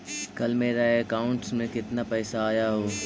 कल मेरा अकाउंटस में कितना पैसा आया ऊ?